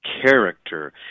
character